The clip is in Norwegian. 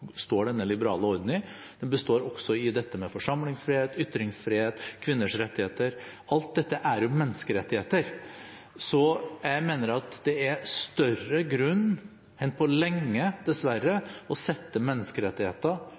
i dette med forsamlingsfrihet, ytringsfrihet, kvinners rettigheter – alt dette er jo menneskerettigheter. Så jeg mener at det er større grunn enn på lenge, dessverre, til å sette menneskerettigheter